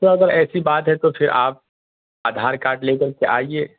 سر ایسی بات ہے تو پھر آپ آدھار کارڈ لے کرکے آئیے